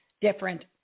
different